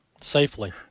Safely